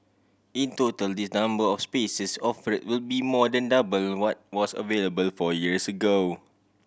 in total this number of spaces offered will be more than double what was available four years ago